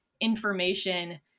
information